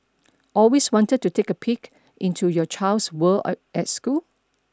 always wanted to take a peek into your child's world at school